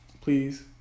Please